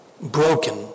Broken